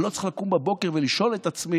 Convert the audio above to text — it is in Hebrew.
אני לא צריך לקום בבוקר ולשאול את עצמי: